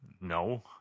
No